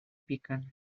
piquen